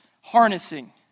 harnessing